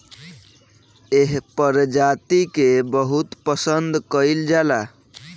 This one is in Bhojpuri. एह प्रजाति के बहुत पसंद कईल जाला